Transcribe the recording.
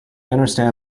understand